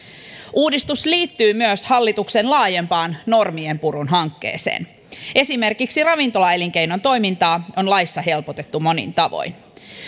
uudistus liittyy myös hallituksen laajempaan normienpurun hankkeeseen esimerkiksi ravintolaelinkeinon toimintaa on laissa helpotettu monin tavoin